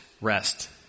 rest